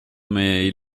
mais